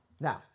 Now